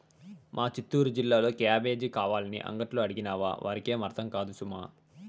మా చిత్తూరు జిల్లాలో క్యాబేజీ కావాలని అంగట్లో అడిగినావా వారికేం అర్థం కాదు సుమా